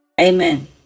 Amen